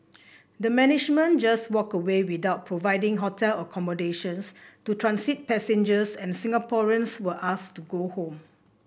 the management just walked away without providing hotel accommodations to transit passengers and Singaporeans were asked to go home